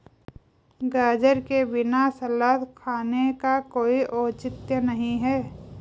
गाजर के बिना सलाद खाने का कोई औचित्य नहीं है